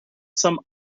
some